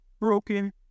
broken